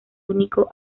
único